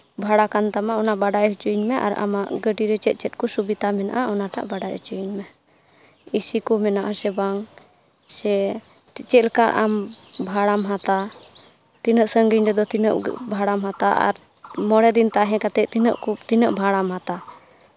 ᱵᱷᱟᱲᱟ ᱠᱟᱱ ᱛᱟᱢᱟ ᱚᱱᱟ ᱵᱟᱰᱟᱭ ᱦᱚᱪᱚᱧ ᱢᱮ ᱟᱨ ᱟᱢᱟᱜ ᱜᱟᱹᱰᱤ ᱨᱮ ᱪᱮᱫ ᱪᱮᱫ ᱠᱚ ᱥᱩᱵᱤᱫᱷᱟ ᱢᱮᱱᱟᱜᱼᱟ ᱚᱱᱟᱴᱟᱜ ᱵᱟᱰᱟᱭ ᱦᱚᱪᱚᱧ ᱢᱮ ᱮᱥᱤ ᱠᱚ ᱢᱮᱱᱟᱜ ᱟᱥᱮ ᱵᱟᱝ ᱥᱮ ᱪᱮᱫ ᱟᱢ ᱵᱷᱟᱲᱟᱢ ᱦᱟᱛᱼᱟ ᱛᱤᱱᱟᱹᱜ ᱥᱟᱺᱜᱤᱧ ᱨᱮᱫᱚ ᱛᱤᱱᱟᱹᱜ ᱵᱷᱟᱲᱟᱢ ᱦᱟᱛᱼᱟ ᱟᱨ ᱢᱚᱬᱮ ᱫᱤᱱ ᱛᱟᱦᱮᱸ ᱠᱟᱛᱮ ᱛᱤᱱᱟᱹᱜ ᱛᱤᱱᱟᱹᱜ ᱵᱷᱟᱲᱟᱢ ᱦᱟᱛᱼᱟ